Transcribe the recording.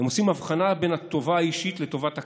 הם עושים הבחנה בין הטובה האישית לטובת הכלל,